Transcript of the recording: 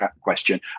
question